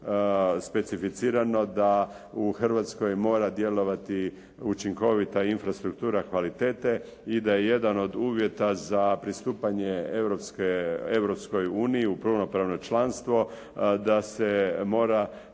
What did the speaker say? specificirano da u Hrvatskoj mora djelovati učinkovita infrastruktura kvalitete i da je jedan od uvjeta za pristupanje Europskoj uniji u punopravno članstvo da se mora